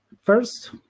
First